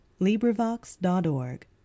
LibriVox.org